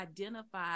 identify